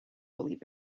believe